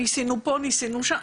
נסינו פ ה וניסינו שם.